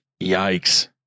yikes